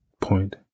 point